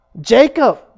Jacob